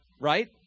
Right